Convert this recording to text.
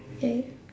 ya